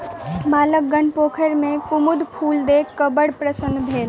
बालकगण पोखैर में कुमुद फूल देख क बड़ प्रसन्न भेल